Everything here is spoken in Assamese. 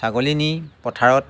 ছাগলী নি পথাৰত